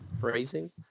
Phrasing